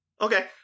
Okay